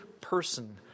person